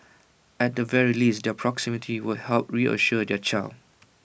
at the very least their proximity would help reassure their child